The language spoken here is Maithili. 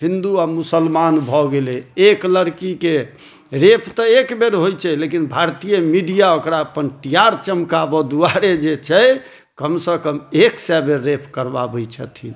हिन्दू आ मुसलमान भऽ गेलै एक लड़कीके रेप तऽ एक बेर होइत छै लेकिन भारतीय मीडिआ ओकरा अपन टी आर चमकाबऽ दुआरे जे छै कमसंँ कम एक सए बेर रेप करबाबैत छथिन